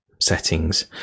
settings